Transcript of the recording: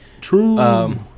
True